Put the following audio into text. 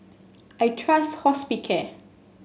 I trust Hospicare